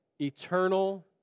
eternal